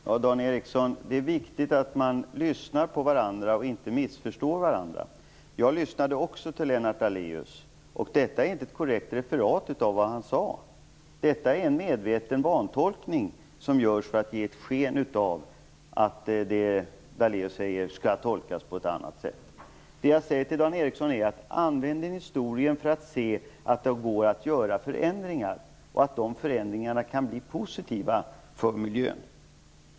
Herr talman! Det är viktigt, Dan Ericsson, att man lyssnar på varandra och inte missförstår varandra. Också jag lyssnade på Lennart Daléus, och det rör sig inte om ett korrekt referat av det som han sade. Det är fråga om en medveten vantolkning för att det som Daléus säger skall uppfattas på ett annat sätt. Jag vill säga till Dan Ericsson: Använd historien för att se att det går att göra förändringar som kan bli positiva för miljön!